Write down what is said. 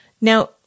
Now